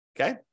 okay